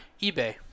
eBay